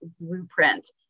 blueprint